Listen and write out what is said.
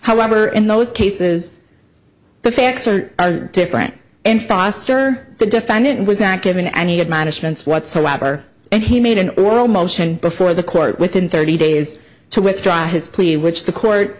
however in those cases the facts are different in foster the defendant was not given any admonishments whatsoever and he made an oral motion before the court within thirty days to withdraw his plea which the court